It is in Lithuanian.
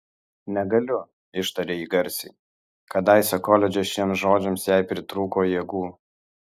negaliu ištarė ji garsiai kadaise koledže šiems žodžiams jai pritrūko jėgų